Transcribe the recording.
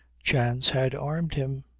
chance had armed him.